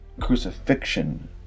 crucifixion